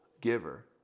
giver